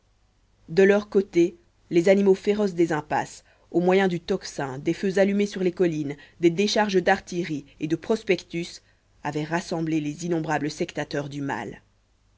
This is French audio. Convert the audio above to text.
de leur côté les animaux féroces des impasses au moyen du tocsin des feux allumés sur les collines des décharges d'artillerie et de prospectus avaient rassemblé les innombrables sectateurs du mal